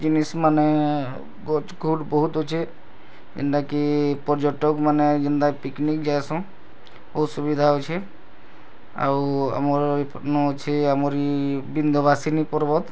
ଜିନିଷ୍ମାନେ ଗଜ୍ କୋଟ୍ ବହୁତ୍ ଅଛେ ଏନ୍ତା କି ପର୍ଯ୍ୟଟକ୍ମାନେ ଯେନ୍ତା ପିକନିକ୍ ଯାଏସନ୍ ବହୁତ୍ ସୁବିଧା ଅଛେ ଆଉ ଆମର୍ ନ ଅଛି ଆମର୍ ଇ ବିଦ୍ଧ୍ୟବାସିନୀ ପର୍ବତ୍